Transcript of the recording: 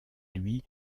lui